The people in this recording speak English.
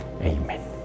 Amen